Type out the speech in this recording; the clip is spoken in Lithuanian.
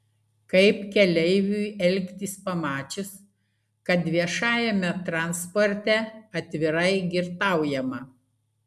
kaip keleiviui elgtis pamačius kad viešajame transporte atvirai girtaujama